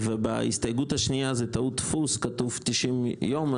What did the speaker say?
ובהסתייגות השנייה זה טעות דפוס, כתוב 90 יום.